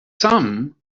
sam